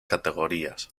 categorías